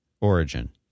origin